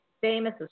famous